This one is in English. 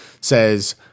says